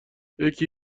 یکی